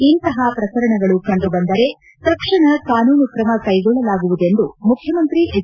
ಇಂತಹ ಪ್ರಕರಣಗಳು ಕಂಡು ಬಂದರೆ ತಕ್ಷಣ ಕಾನೂನು ಕ್ರಮ ಕೈಗೊಳ್ಳಲಾಗುವುದೆಂದು ಮುಖ್ಯಮಂತ್ರಿ ಎಚ್